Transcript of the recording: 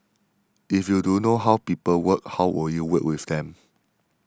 if you don't know how people work how will you work with them